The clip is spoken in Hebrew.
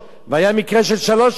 והיה מקרה של שלוש שנים,